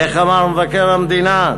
איך אמר מבקר המדינה,